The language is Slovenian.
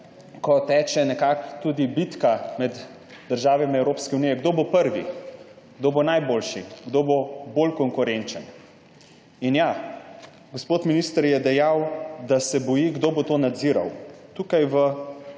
ko teče tudi bitka med državami Evropske unije, kdo bo prvi, kdo bo najboljši, kdo bo bolj konkurenčen. In ja, gospod minister je dejal, da se boji, kdo bo to nadziral. V